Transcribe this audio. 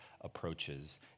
approaches